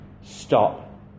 stop